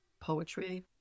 poetry